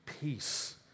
peace